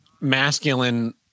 masculine